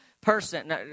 Person